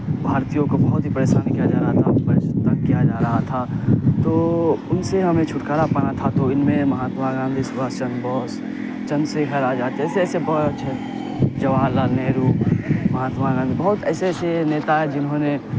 بھارتیوں کو بہت ہی پریشان کیا جا رہا تھا اوپر سے تنگ کیا جا رہا تھا تو ان سے ہمیں چھٹکارا پانا تھا تو ان میں مہاتما گاندھی سبھاش چندر بوس چندر شیکھر آزاد جیسے ایسے بہت جواہر لعل نہرو مہاتما گاندھی بہت ایسے ایسے نیتا ہیں جنہوں نے